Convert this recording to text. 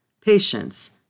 patience